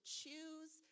choose